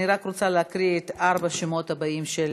אני רק רוצה להקריא את ארבעת השמות של השואלים